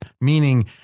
Meaning